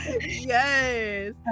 Yes